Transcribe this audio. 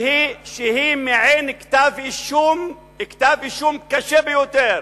שהיא מעין כתב-אישום קשה ביותר